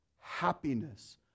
happiness